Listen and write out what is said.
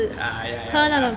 ah ya ya ya